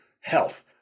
health